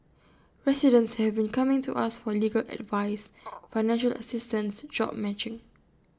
residents have been coming to us for legal advice financial assistance job matching